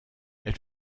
elle